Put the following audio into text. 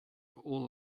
all